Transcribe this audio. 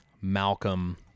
Malcolm